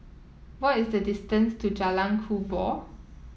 what is the distance to Jalan Kubor